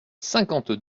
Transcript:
cinquante